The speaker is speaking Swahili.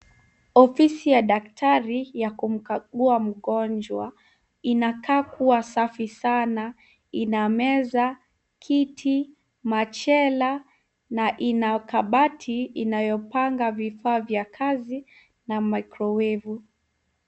Ofisi ya daktari ya kumkagua mgonjwa, inakaa kua safi sana. Ina meza, kiti, machela, na ina kabati inayopanga vifaa vya kazi na microwevu.